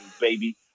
Baby